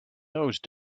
those